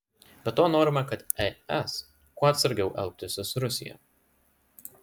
be to norima kad es kuo atsargiau elgtųsi su rusija